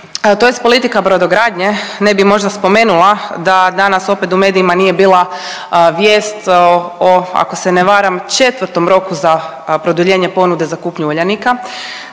tj. politika brodogradnje, ne bi možda spomenula da danas opet u medijima nije bila vijest o, o, ako se ne varam, 4. roku za produljenje ponude za kupnju Uljanika